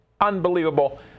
unbelievable